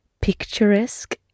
picturesque